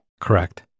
Correct